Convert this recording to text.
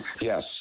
Yes